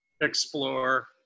explore